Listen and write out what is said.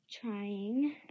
trying